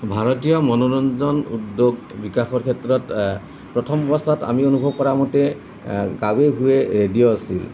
ভাৰতীয় মনোৰঞ্জন উদ্যোগ বিকাশৰ ক্ষেত্ৰত প্ৰথম অৱস্থাত আমি অনুভৱ কৰা মতে গাঁৱে ভূঞে ৰেডিঅ' আছিল